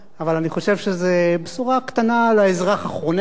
אבל אני חושב שזו בשורה קטנה לאזרח החונה,